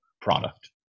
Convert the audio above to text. product